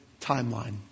timeline